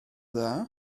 dda